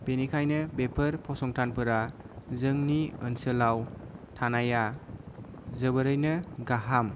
बेनिखायनो बेफोर फसंथानफोरा जोंनि ओनसोलाव थानाया जोबोरैनो गाहाम